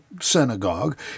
synagogue